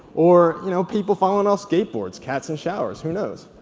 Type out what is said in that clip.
or you know people falling off skateboards, cats in showers, who knows?